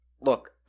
Look